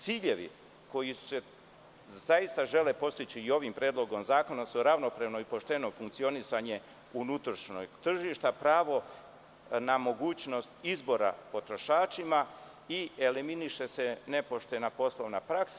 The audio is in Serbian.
Ciljevi, koji se zaista žele postići i ovim Predlogom zakona, su ravnopravno i pošteno funkcionisanje unutrašnjeg tržišta, pravo na mogućnost izbora potrošačima i eliminiše se nepoštena poslovna praksa.